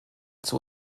zur